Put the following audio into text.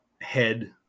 head